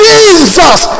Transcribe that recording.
Jesus